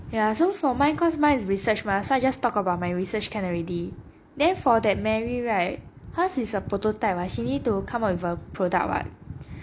ya so for mine cause mine is research mah so I just talk about my research can already then for that mary right hers is a prototype ah she need to come up with a product [what]